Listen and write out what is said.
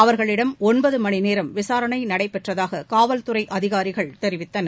அவர்களிடம் ஒன்பது மணிநேரம் விசாரணை நடைபெற்றதாக காவல் துறை அதிகாரிகள் தெரிவித்தனர்